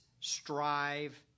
strive